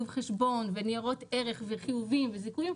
חשבון וניירות ערך וחיובים וזיכויים,